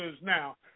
now